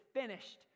finished